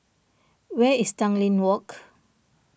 where is Tanglin Walk